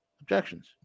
objections